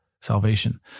salvation